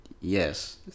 Yes